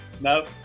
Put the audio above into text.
Nope